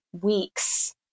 weeks